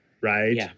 Right